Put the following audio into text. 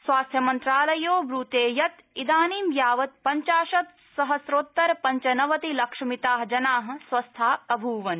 स्वास्थ्य मन्त्रालयो ब्रते यत् इदानीं यावत् पंचाशत् सहस्रोत्तर पंच नवति लक्षमिताः जनाः स्वस्थाः अभूवन्